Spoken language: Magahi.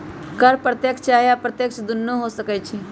कर प्रत्यक्ष चाहे अप्रत्यक्ष दुन्नो हो सकइ छइ